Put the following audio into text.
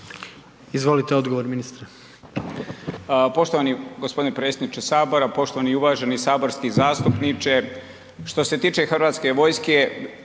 Izvolite, odgovor ministre.